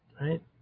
right